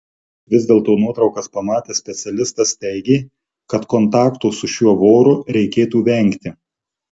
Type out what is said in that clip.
vis dėlto nuotraukas pamatęs specialistas teigė kad kontakto su šiuo voru reikėtų vengti